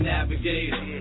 Navigator